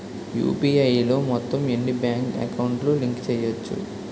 UPI లో మొత్తం ఎన్ని బ్యాంక్ అకౌంట్ లు లింక్ చేయచ్చు?